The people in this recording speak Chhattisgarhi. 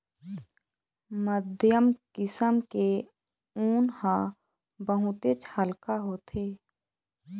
मध्यम किसम के ऊन ह बहुतेच हल्का होथे